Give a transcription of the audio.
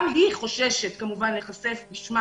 גם היא חוששת, כמובן, להיחשף בשמה